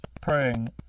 praying